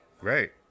Great